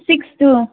six two